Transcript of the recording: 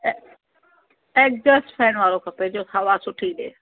ए exhaust fan वारो खपे जो हवा सुठी ॾिए